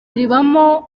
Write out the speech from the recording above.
ribamo